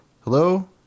Hello